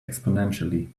exponentially